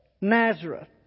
Nazareth